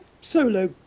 solo